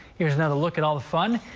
here's another look at all the fun,